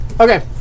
Okay